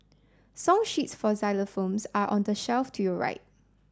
song sheets for xylophones are on the shelf to your right